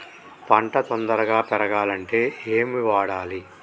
పంట తొందరగా పెరగాలంటే ఏమి వాడాలి?